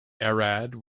arad